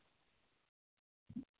address है फ़रबीसगंज